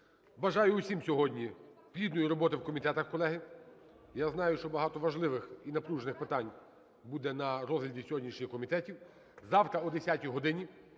Бажаю всім сьогодні плідної роботи в комітетах, колеги. Я знаю, що багато важливих і напружених питань буде на розгляді сьогоднішньому комітетів. Завтра о 10 годині